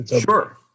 Sure